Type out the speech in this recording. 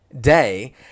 day